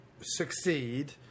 succeed